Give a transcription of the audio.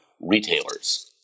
retailers